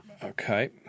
Okay